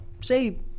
Say